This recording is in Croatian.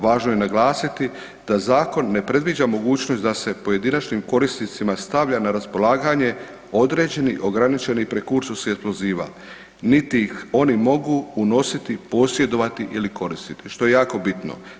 Važno je naglasiti da zakon ne predviđa mogućnost da se pojedinačnim korisnicima stavlja na raspolaganje određeni i ograničeni prekursorsi eksploziva, niti ih oni mogu unositi, posjedovati ili koristiti, što je jako bitno.